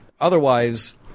otherwise